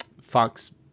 Fox